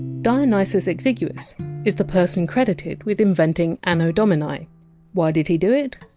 dionysus exiguus is the person credited with inventing anno domini why did he do it?